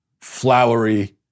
flowery